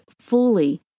fully